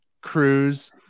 Cruz